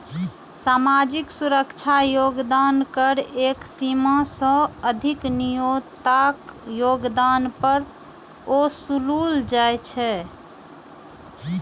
सामाजिक सुरक्षा योगदान कर एक सीमा सं अधिक नियोक्ताक योगदान पर ओसूलल जाइ छै